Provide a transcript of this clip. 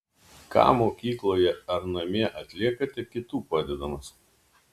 ką mokykloje ar namie atliekate kitų padedamas